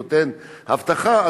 שנותן הבטחה,